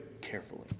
carefully